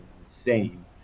insane